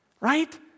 Right